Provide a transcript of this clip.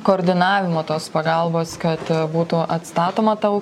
koordinavimo tos pagalbos kad būtų atstatoma ta